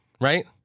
right